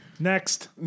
Next